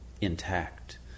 intact